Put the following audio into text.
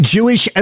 Jewish